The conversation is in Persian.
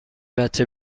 بچش